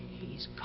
he's gone